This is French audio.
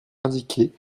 indiquer